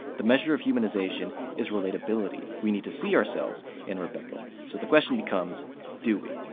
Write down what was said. the measure of humanization is relatability we need to see ourselves in rebecca. so the question becomes do we?